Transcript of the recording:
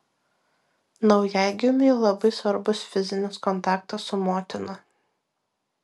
naujagimiui labai svarbus fizinis kontaktas su motina